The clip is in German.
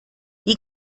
die